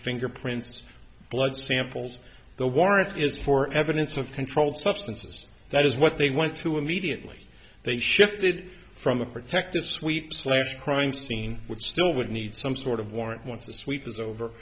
fingerprints blood samples the warrant is for evidence of controlled substances that is what they went to immediately they shifted from a protective sweeps less crime scene which still would need some sort of warrant once the sweep is over